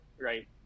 right